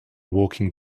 walking